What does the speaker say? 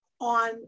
on